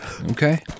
Okay